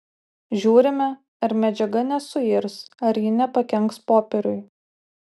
žiūrime ar medžiaga nesuirs ar ji nepakenks popieriui